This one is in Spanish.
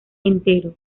entero